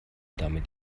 damit